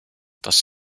das